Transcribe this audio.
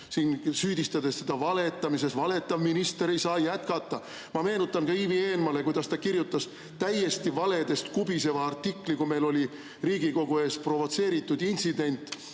siin, süüdistades teda valetamises. Valetav minister ei saa jätkata! Ma meenutan Ivi Eenmaale, et ta kirjutas valedest kubiseva artikli, kui meil oli Riigikogu ees provotseeritud intsident,